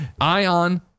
Ion